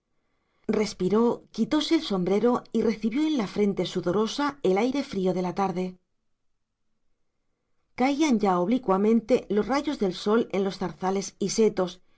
respiró quitóse el sombrero y recibió en la frente sudorosa el aire frío de la tarde caían ya oblicuamente los rayos del sol en los zarzales y setos